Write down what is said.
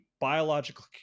biological